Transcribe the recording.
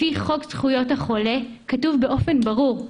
לפי חוק זכויות החולה, כתוב באופן ברור: